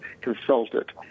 consulted